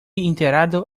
enterrado